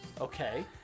Okay